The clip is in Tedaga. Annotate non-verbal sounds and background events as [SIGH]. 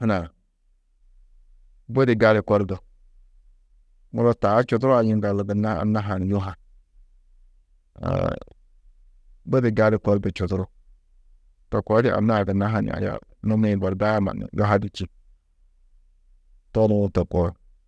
hunã budi gali kor du muro taa čudurã yiŋgaldu gunna anna-ã ha ni yuha. [HESITATION] budi gali kor du čuduru. To koo di anna-ã gunna ha ni aya numi-ĩ Bordaa mannu yuhadî čî, to nuu to koo.